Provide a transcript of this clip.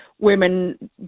women